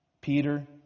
Peter